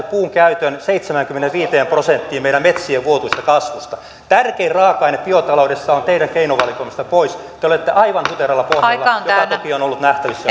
puunkäytön seitsemäänkymmeneenviiteen prosenttiin meidän metsiemme vuotuisesta kasvusta tärkein raaka aine biotaloudessa on teidän keinovalikoimistanne pois te te olette aivan huteralla pohjalla mikä toki on ollut nähtävissä